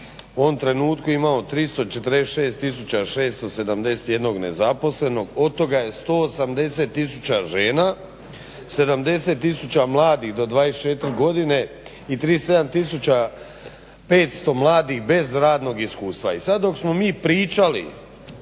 u ovom trenutku imamo 346 671 nezaposlenog. Od toga je 180 000 žena, 70 000 mladih do 24 godine i 37 500 mladih bez radnog iskustva. I sad dok smo mi pričali